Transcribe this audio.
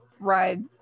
ride